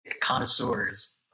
connoisseurs